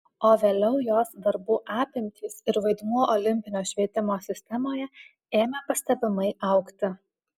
o vėliau jos darbų apimtys ir vaidmuo olimpinio švietimo sistemoje ėmė pastebimai augti